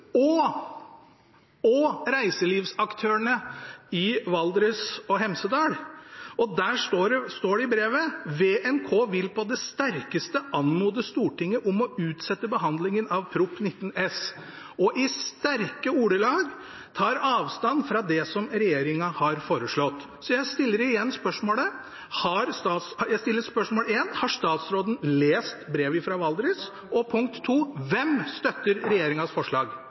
fylkeskommunen og reiselivsaktørene i Valdres og Hemsedal. Og i det brevet står det at VNK på det sterkeste vil anmode Stortinget om å utsette behandlingen av Prop. 19 S for 2015–2016, og de tar i sterke ordelag avstand fra det som regjeringen har foreslått. Så jeg stiller spørsmål én: Har statsråden lest brevet fra Valdres? Og spørsmål to: Hvem støtter regjeringens forslag?